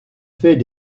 fait